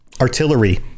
artillery